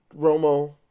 Romo